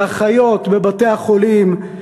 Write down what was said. לאחיות בבתי-החולים,